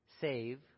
save